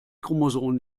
chromosom